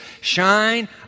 shine